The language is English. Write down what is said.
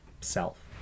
self